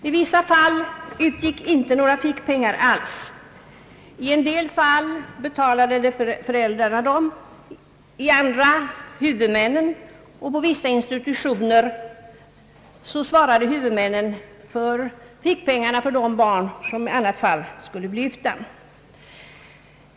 I vissa fall utgick inte några fickpengar alls, i en del fall betalade föräldrarna dem, i andra fall huvudmännen, och på vissa institutioner svarade huvudmännen för fickpengarna till de barn som i annat fall skulle bli utan.